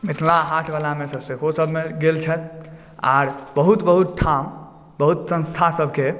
मिथिला हाट वाला सभ सेहो सभमे गेल छथि आर बहुत बहुत ठाम बहुत संस्था सभकेँ